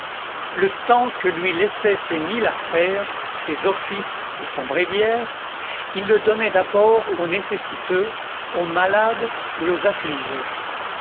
le temps que lui laissaient ces mille affaires ses offices et son bréviaire il le donnait d'abord aux nécessiteux aux malades et aux affligés